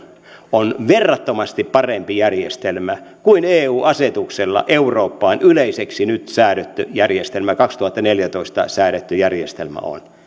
on verrattomasti parempi järjestelmä kuin eu asetuksella eurooppaan yleiseksi nyt säädetty järjestelmä kaksituhattaneljätoista säädetty järjestelmä on